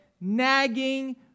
nagging